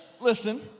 listen